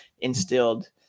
instilled